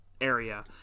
area